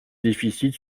déficits